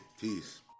peace